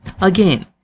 Again